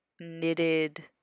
knitted